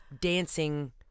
dancing